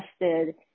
interested